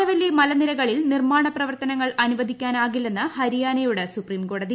ആരവല്ലി മലനിരകളിൽ നിർമ്മാണ പ്രവർത്തനങ്ങൾ അനുവദിക്കാനാകില്ലെന്ന് ഹരിയാനയോട് സുപ്രീംകോടതി